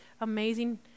amazing